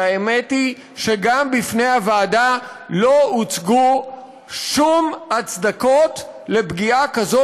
שהאמת היא שגם בפני הוועדה לא הוצגו שום הצדקות לפגיעה כזאת